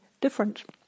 different